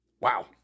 Wow